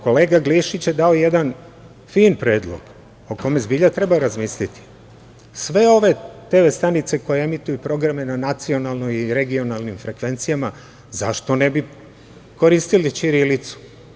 Kolega Glišić je dao jedan fin predlog, o kome zbilja treba razmisliti, sve ove TV stanice koje emituju programe na nacionalnim i regionalnim frekvencijama, zašto ne bi koristile ćirilicu.